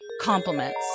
compliments